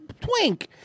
twink